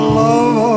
love